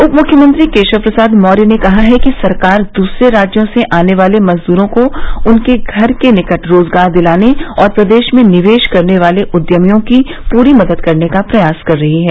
उप मुख्यमंत्री केशव प्रसाद मौर्य ने कहा है कि सरकार दूसरे राज्यों से आने वाले मजदूरों को उनके घर के निकट रोजगार दिलाने और प्रदेश में निवेश करने वाले उद्यमियों की पूरी मदद करने का प्रयास कर रही है